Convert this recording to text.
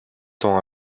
temps